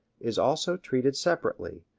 is also treated separately,